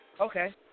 Okay